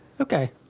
Okay